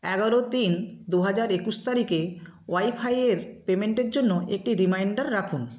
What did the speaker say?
এগারো তিন দু হাজার একুশ তারিখে ওয়াইফাই এর পেমেন্টের জন্য একটি রিমাইন্ডার রাখুন